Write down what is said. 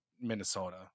Minnesota